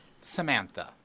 Samantha